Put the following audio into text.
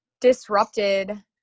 disrupted